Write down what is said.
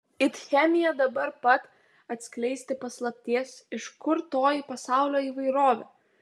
it chemija dabar pat atskleisti paslapties iš kur toji pasaulio įvairovė